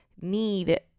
need